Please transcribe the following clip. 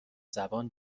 زبان